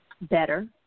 better